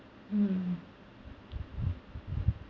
um